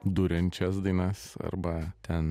duriančias dainas arba ten